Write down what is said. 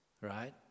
right